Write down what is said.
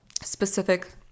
specific